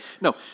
No